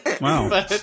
Wow